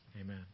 Amen